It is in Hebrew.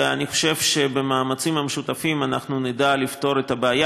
ואני חושב שבמאמצים משותפים אנחנו נדע לפתור את הבעיה